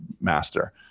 master